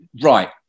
Right